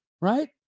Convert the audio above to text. Right